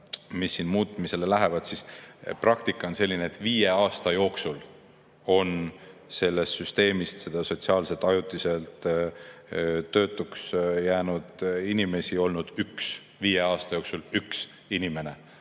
mis muutmisele lähevad, siis praktika on olnud selline, et viie aasta jooksul on selles süsteemis ajutiselt töötuks jäänud inimesi olnud üks. Viie aasta jooksul üks inimene.